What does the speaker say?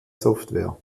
software